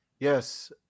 Yes